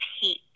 heat